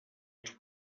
els